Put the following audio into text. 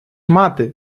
мати